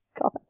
God